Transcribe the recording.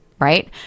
right